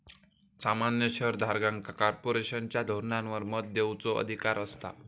सामान्य शेयर धारकांका कॉर्पोरेशनच्या धोरणांवर मत देवचो अधिकार असता